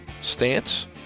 stance